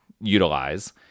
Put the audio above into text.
utilize